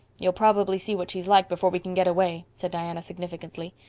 you'll probably see what she's like before we can get away, said diana significantly.